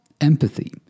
empathy